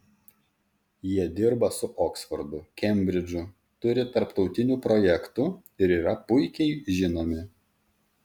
jie dirba su oksfordu kembridžu turi tarptautinių projektų ir yra puikiai žinomi